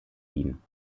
wien